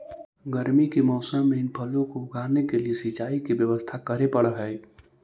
गर्मी के मौसम में इन फलों को उगाने के लिए सिंचाई की व्यवस्था करे पड़अ हई